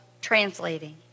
translating